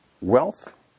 wealth